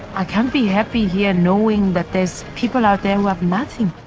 i can't be happy here knowing but there's people out there who have nothing.